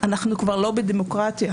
אנחנו כבר לא בדמוקרטיה.